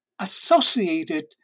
associated